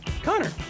Connor